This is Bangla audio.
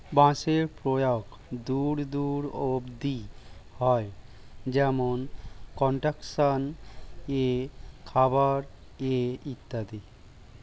বাঁশের প্রয়োগ দূর দূর অব্দি হয়, যেমন কনস্ট্রাকশন এ, খাবার এ ইত্যাদি